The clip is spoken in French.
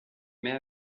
mais